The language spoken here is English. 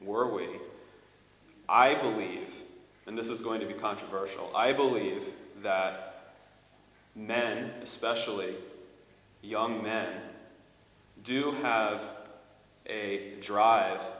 were we i believe and this is going to be controversial i believe that men especially young men i do have a drive